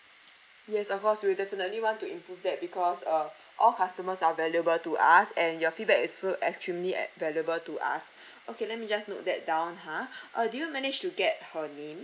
yes of course we will definitely want to improve that because uh all customers are valuable to us and your feedback is too actually at valuable to us okay let me just note that down ha uh did you managed to get her name